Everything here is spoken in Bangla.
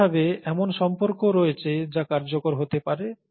একইভাবে এমন সম্পর্কও রয়েছে যা কার্যকর হতে পারে